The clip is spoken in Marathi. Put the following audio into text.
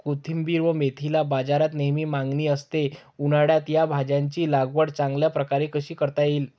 कोथिंबिर व मेथीला बाजारात नेहमी मागणी असते, उन्हाळ्यात या भाज्यांची लागवड चांगल्या प्रकारे कशी करता येईल?